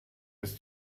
ist